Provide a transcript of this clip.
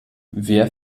wer